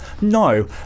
No